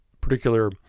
particular